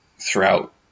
throughout